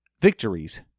victories